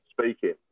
speaking